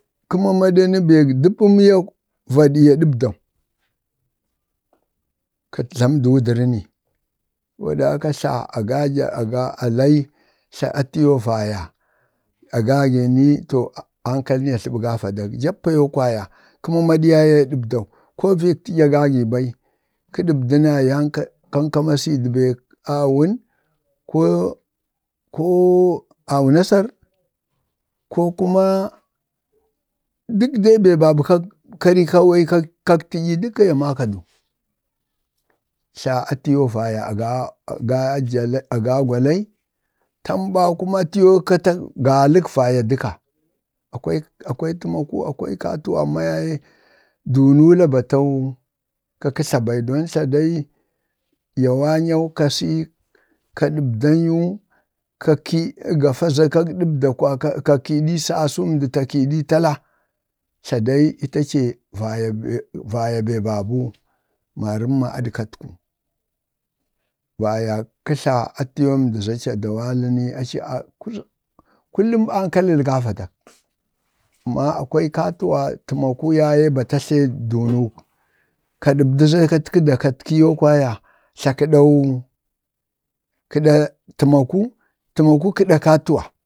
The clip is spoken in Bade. kə mamado ni bək dupu miya vaɗi ya ɗabdau ka tlama du wujərə ni, saboda haka tla aga gi ni aga- aga- agagi ni ankalni atləbi ga vayak, jappa yo kwaya kə mamaɗu yaye ya ɗabdau, ko fik təyi agagi, bai kə ɗəbda na yaŋ kaŋ kamasi du bee awuun, koo ko-koo awunasar, ko kuma dək bee be babu kak- kak- kari, kawae dəkka ya maka du. tla atiyoo vaya agagwa lai, tamɓa, atiyoo kata galək vaya daƙa. akwai kayatuwa amma yaye dunula batau ka kətla bai, don ta dui ya wanyau ka si, ka ɗabda anŋuu ka kid gafa za kaƙ ɗabda kwaya ka kiɗii sasuwa, k kiɗi tala, tla dai ita ce vaya vaya bee babuu marəmma aɗkatu vayak kə tla atiyoo ndii adawa li ni aci kullum ankal li ga vadak, amm akwai kaytuwa təmaku, yaye bata tlee dunuk ka ɗabdi za katka də-katki yoo kwaya, tla kaɗau- kaɗa təmaku, təmaku kəɗa kayatuwa,